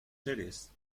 seres